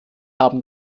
haben